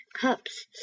cups